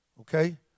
Okay